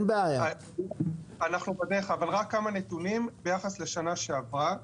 רק כמה נתונים ביחס לשנה שעברה,